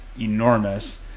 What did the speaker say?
enormous